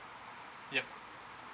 yup